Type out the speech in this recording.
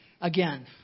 again